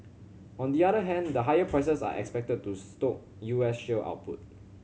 on the other hand the higher prices are expected to stoke U S shale output